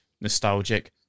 nostalgic